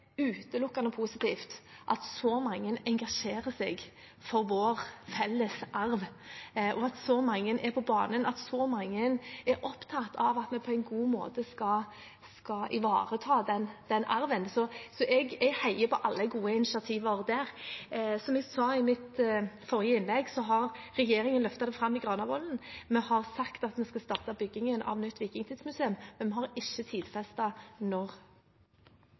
og at så mange er opptatt av at vi skal ivareta den arven på en god måte, og jeg heier på alle gode initiativ. Som jeg sa i mitt forrige innlegg, har regjeringen løftet det fram i Granavolden-plattformen. Vi har sagt at vi skal starte byggingen av nytt viktingstidsmuseum, men vi har ikke tidfestet når.